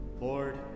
Lord